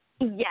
Yes